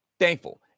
Thankful